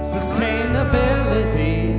Sustainability